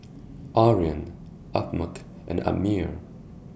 Aryan Ahad and Ammir